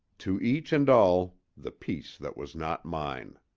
to each and all, the peace that was not mine.